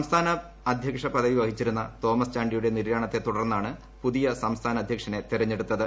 സംസ്ഥാന അധ്യക്ഷ പദവി വഹിച്ചിരുന്ന തോമസ് ചാിയുടെ നിര്യാണത്തെ തുടർന്നാണ് പുതിയ സംസ്ഥാന അധ്യക്ഷനെ തെരഞ്ഞെടുത്തത്